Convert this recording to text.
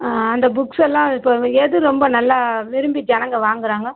ஆ அந்த புக்ஸ்ஸெல்லாம் இப்போ எது ரொம்ப நல்லா விரும்பி ஜனங்க வாங்கறாங்க